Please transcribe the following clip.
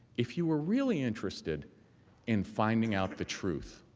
if you were really interested in finding out the truth,